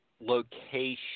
location